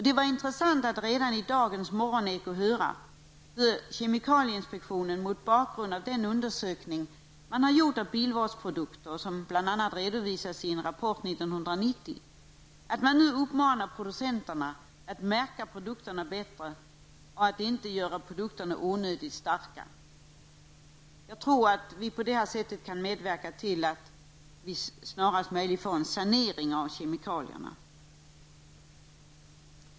Det var intressant att redan i dagens morgoneko höra hur kemikalieinspektionen mot bakgrund av den undersökning som man har gjort av bilvårdsprodukter, som bl.a. redovisats i en rapport 1990, uppmanade producenterna att märka produkterna bättre och att inte göra dem onödigt starka. Jag tror att vi på detta sätt kan medverka till en sanering av kemikalierna inom kort.